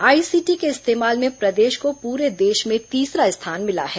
ICT के इस्तेमाल में प्रदेश को पूरे देश में तीसरा स्थान मिला है